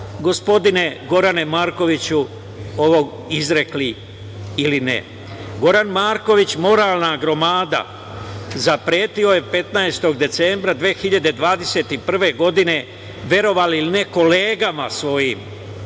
gospodine Gorane Markoviću, ovo izrekli ili ne? Goran Marković, moralna gromada, zapretio je 15. decembra 2021. godine, verovali ili ne, kolegama svojim